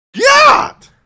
God